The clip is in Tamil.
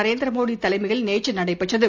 நரேந்திர மோடி தலைமையில் நேற்று நடைபெற்றது